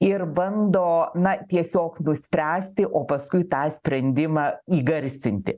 ir bando na tiesiog nuspręsti o paskui tą sprendimą įgarsinti